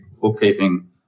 bookkeeping